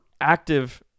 active